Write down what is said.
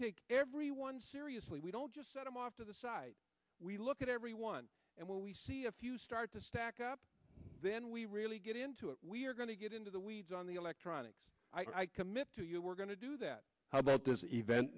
take every one seriously we don't just send him off to the side we look at everyone and we see if you start to stack up then we really get into it we're going to get into the weeds on the electronics i commit to you we're going to do that how about this event